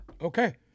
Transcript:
Okay